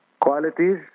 Qualities